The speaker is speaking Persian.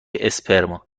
اسپرم